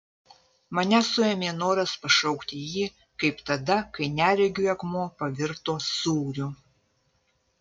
mane suėmė noras pašaukti jį kaip tada kai neregiui akmuo pavirto sūriu